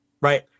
right